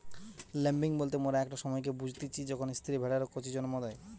lambing বলতে মোরা একটা সময়কে বুঝতিচী যখন স্ত্রী ভেড়ারা কচি জন্ম দেয়